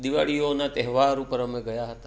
દિવાળીઓના તહેવાર ઉપર અમે ગયાં હતાં